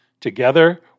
Together